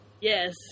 Yes